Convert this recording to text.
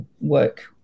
work